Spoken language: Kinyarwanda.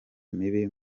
mibi